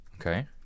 Okay